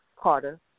Carter